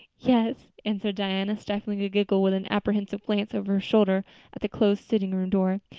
yes, answered diana, stifling a giggle with an apprehensive glance over her shoulder at the closed sitting-room door.